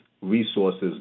resources